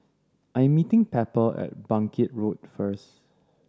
I am meeting Pepper at Bangkit Road first